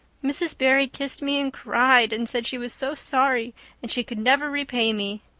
mrs. barry kissed me and cried and said she was so sorry and she could never repay me.